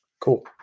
Cool